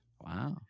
Wow